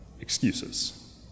excuses